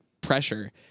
pressure